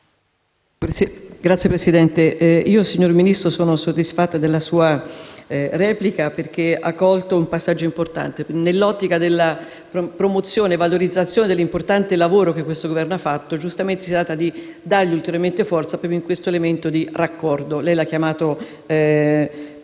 *(PD)*. Signor Ministro, sono soddisfatta della sua replica perché ha colto un passaggio importante. Nell'ottica della promozione e valorizzazione dell'importante lavoro che questo Governo ha fatto, giustamente si tratta di dargli ulteriormente forza proprio in questo elemento di raccordo. Lei lo ha chiamato